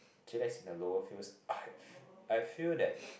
chillax in the lower fields I I feel that